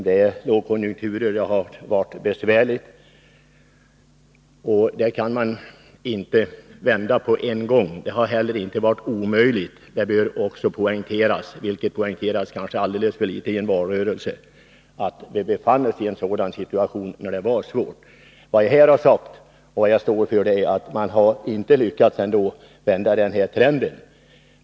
Det är lågkonjunktur, och det har varit besvärligt, och en sådan utveckling kan man inte undkomma, eller vända på en gång. Det är svårt för vilken regering som än sitter. Det poängterades kanske alldeles för litet i valrörelsen att vi befann oss i en situation där det var svårt. Vad jag här har sagt, och det står jag för, är att man inte har lyckats vända denna trend.